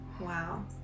Wow